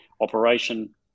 operation